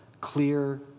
clear